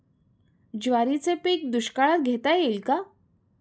ज्वारीचे पीक दुष्काळात घेता येईल का?